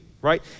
right